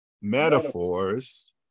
metaphors